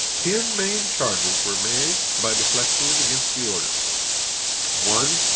ten main charges were made by de flexian against the order one.